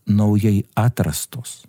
naujai atrastos